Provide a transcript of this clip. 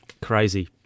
Crazy